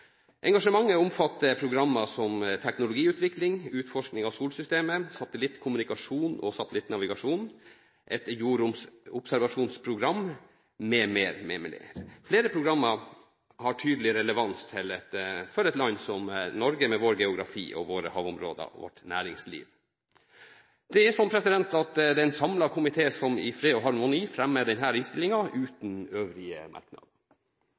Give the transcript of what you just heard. Engasjementet omfatter programmer som teknologiutvikling, utforskning av solsystemet, satellittkommunikasjon og satellittnavigasjon, et jordobservasjonsprogram m.m. Flere programmer har tydelig relevans for et land som Norge med vår geografi, våre havområder og vårt næringsliv. Det er en samlet komité som i fred og harmoni fremmer denne innstillingen uten øvrige merknader.